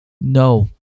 No